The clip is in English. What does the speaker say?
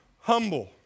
humble